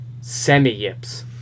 semi-yips